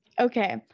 Okay